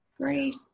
Great